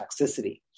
toxicity